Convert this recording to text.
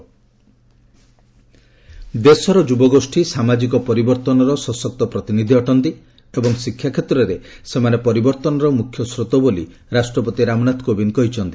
ରାଷ୍ଟ୍ରପତି ଦେଶର ଯୁଗଗୋଷ୍ଠୀ ସାମାଜିକ ପରିବର୍ତ୍ତନର ସଶକ୍ତ ପ୍ରତିନିଧି ଅଟନ୍ତି ଏବଂ ଶିକ୍ଷା କ୍ଷେତ୍ରରେ ସେମାନେ ପରିବର୍ତ୍ତନର ମୁଖ୍ୟ ସ୍ରୋତ ବୋଲି ରାଷ୍ଟ୍ରପତି ରାମନାଥ କୋବିନ୍ଦ କହିଛନ୍ତି